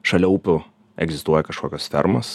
šalia upių egzistuoja kažkokios fermos